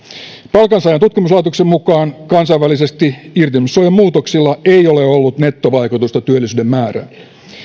palkansaajien tutkimuslaitoksen mukaan kansainvälisesti irtisanomissuojan muutoksilla ei ole ollut nettovaikutusta työllisyyden määrään